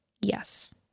Yes